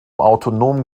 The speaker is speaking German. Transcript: autonomen